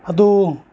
ಅದು